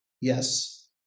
yes